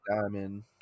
diamond